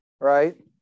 right